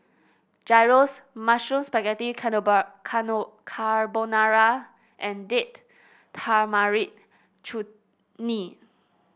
Gyros Mushroom Spaghetti Carbonara and Date Tamarind Chutney